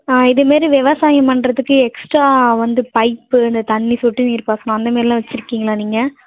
ஆ இதே மாரி விவசாயம் பண்ணுறதுக்கு எக்ஸ்டாக வந்து பைப்பு இந்த தண்ணி சொட்டு நீர் பாசனம் அந்தமாரிலாம் வச்சிருக்கீங்களா நீங்கள்